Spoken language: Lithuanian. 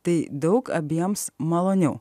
tai daug abiems maloniau